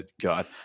god